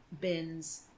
bins